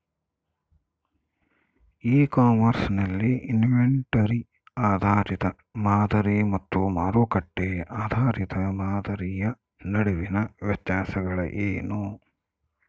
E commerce ನಲ್ಲಿ inventory ಆಧಾರಿತ ಮಾದರಿ ಮತ್ತು ಮಾರುಕಟ್ಟೆ ಆಧಾರಿತ ಮಾದರಿಯ ನಡುವಿನ ವ್ಯತ್ಯಾಸಗಳೇನು?